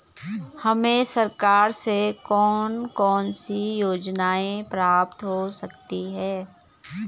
हमें सरकार से कौन कौनसी योजनाएँ प्राप्त हो सकती हैं?